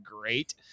great